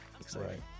exciting